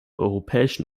europäischen